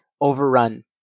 overrun